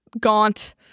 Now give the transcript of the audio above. gaunt